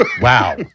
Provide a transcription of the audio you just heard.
Wow